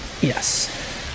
Yes